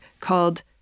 called